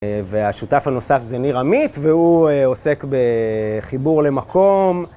והשותף הנוסף זה ניר עמית, והוא עוסק בחיבור למקום.